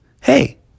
hey